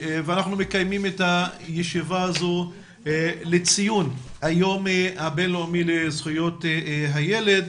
אנחנו מקיימים את הישיבה הזו לציון היום הבינלאומי לזכויות הילד.